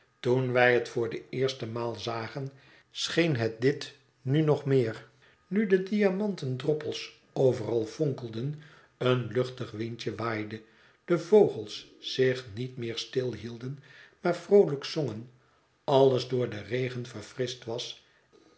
toen wij het voor de eerste maal zagen scheen het dit nu nog meer nu de diamanten droppels overal fonkelden een luchtig windje waaide de vogels zich niet meer stilhielden maar vroolijk zongen alles door den regen verfrischt was